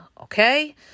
okay